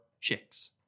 chicks